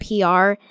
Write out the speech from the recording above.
PR